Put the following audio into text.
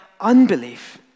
unbelief